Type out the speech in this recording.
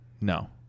No